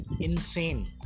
insane